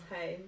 home